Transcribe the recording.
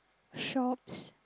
shops